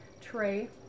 tray